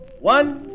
One